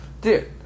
dude